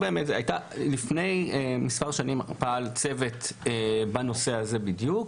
לכולם, לפני מספר שנים פעל צוות בנושא הזה בדיוק.